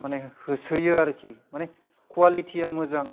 माने होसोयो आरखि माने खुवालिटिया मोजां